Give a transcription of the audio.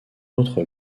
autre